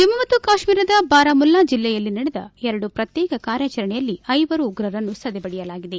ಜಮ್ಮ ಮತ್ತು ಕಾಶ್ಮೀರದ ಬಾರಾಮುಲ್ಲಾ ಜಿಲ್ಲೆಯಲ್ಲಿ ನಡೆದ ಎರಡು ಪ್ರತ್ಯೇಕ ಕಾರ್ಯಾಚರಣೆಯಲ್ಲಿ ಐವರು ಉಗ್ರರನ್ನು ಸದೆಬಡಿಯಲಾಗಿದೆ